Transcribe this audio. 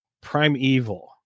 Primeval